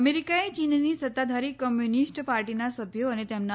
અમેરિકાએ ચીનની સત્તાધારી કોમ્યુનિસ્ટ પાર્ટીના સભ્યો અને તેમના